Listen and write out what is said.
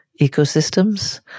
ecosystems